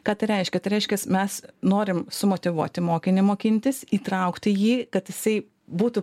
ką tai reiškia tai reiškias mes norim su motyvuoti mokinį mokintis įtraukti jį kad jisai būtų